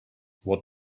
what